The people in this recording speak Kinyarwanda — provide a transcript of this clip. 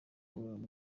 ngororamuco